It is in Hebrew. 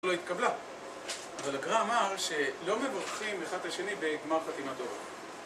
לא התקבלה, אבל הגרא אמר שלא מברכים אחד את השני, בגמר חתימה טובה.